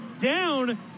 down